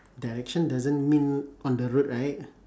direction doesn't mean on the road right